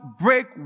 break